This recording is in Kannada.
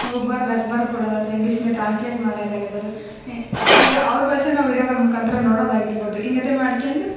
ಬರ್ದು ಹಾಕಿ ಬರ್ದು ಕೊಡೋದು ಅಥ್ವಾ ಇಂಗ್ಲಿಷ್ನ ಟ್ರಾನ್ಸ್ಲೇಟ್ ಮಾಡೋದಾಗಿರ್ಬಹುದು ಈ ಈಗ ಅವ್ರ ಭಾಷೆ ನಾವು ವೀಡ್ಯೊ ಕಾಲ್ ಮುಖಾಂತರ ನೋಡೋದಾಗಿರ್ಬೋದು ಹಿಂಗತೆ ಮಾಡ್ಕೊಂಡು